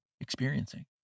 experiencing